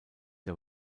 der